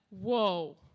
whoa